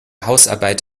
hausarbeit